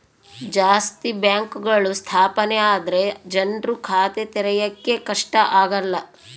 ಜಾಸ್ತಿ ಬ್ಯಾಂಕ್ಗಳು ಸ್ಥಾಪನೆ ಆದ್ರೆ ಜನ್ರು ಖಾತೆ ತೆರಿಯಕ್ಕೆ ಕಷ್ಟ ಆಗಲ್ಲ